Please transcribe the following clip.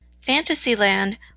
Fantasyland